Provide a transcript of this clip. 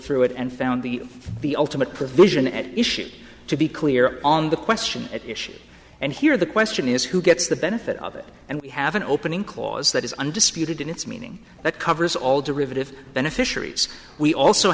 through it and found the the ultimate provision at issue to be clear on the question at issue and here the question is who gets the benefit of it and we have an opening clause that is undisputed in its meaning that covers all derivative beneficiaries we also